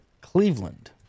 Cleveland